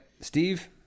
Steve